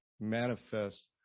manifest